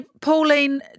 Pauline